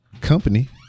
company